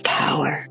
power